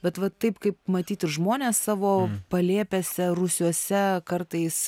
bet va taip kaip matyt ir žmonės savo palėpėse rūsiuose kartais